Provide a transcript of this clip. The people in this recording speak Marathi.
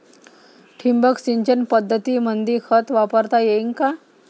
ठिबक सिंचन पद्धतीमंदी खत वापरता येईन का?